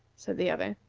said the other.